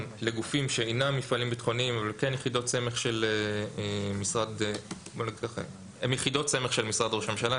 לגופים שאינם מפעלים ביטחוניים אבל הם כן יחידות סמך של משרד ראש הממשלה,